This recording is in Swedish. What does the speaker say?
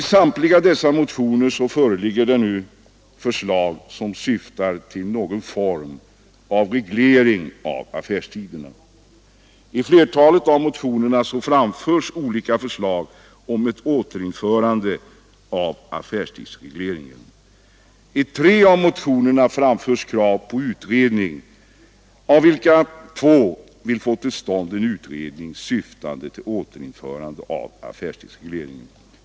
I samtliga motioner föreligger det förslag som syftar till någon form av reglering av affärstiderna. I flertalet av motionerna framförs olika förslag om ett återinförande av affärstidsregleringen. I tre av motionerna framförs krav på utredning. Två av dessa vill få till stånd en utredning syftande till återinförande av affärstidsregleringen.